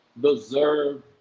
deserve